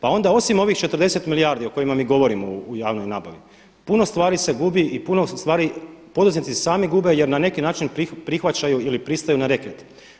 Pa onda osim ovih 40 milijardi o kojima mi govorimo u javnoj nabavi puno stvari se gubi i puno stvari poduzetnici sami gube jer na neki način prihvaćaju ili pristaju na reket.